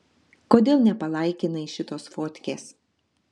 kodėl nepalaikinai šitos fotkės